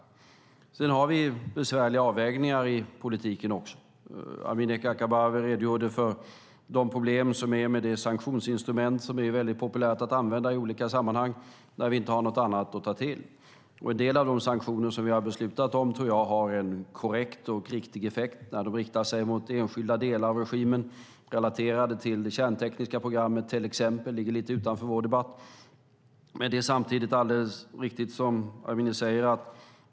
Sedan har vi också besvärliga avvägningar att göra i politiken. Amineh Kakabaveh redogjorde för de problem som finns med det sanktionsinstrument som är mycket populärt att använda i olika sammanhang när vi inte har något annat att ta till. En del av de sanktioner som vi beslutat om tror jag har en korrekt effekt när de riktar sig mot enskilda delar av regimen, till exempel relaterade till det kärntekniska programmet; det ligger dock lite utanför denna vår debatt. Det är alldeles riktigt som Amineh säger.